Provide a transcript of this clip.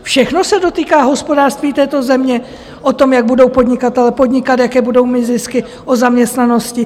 Všechno se dotýká hospodářství této země, toho, jak budou podnikatelé podnikat, jaké budou mít zisky, o zaměstnanosti.